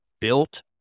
built